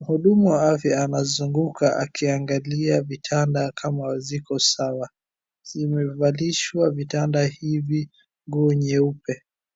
Mhudumu wa afya anazunguka akiangalia vitanda kama ziko sawa. Zimevalishwa vitanda hivi nguo nyeupe.